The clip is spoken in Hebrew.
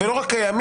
ולא רק קיימים,